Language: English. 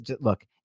look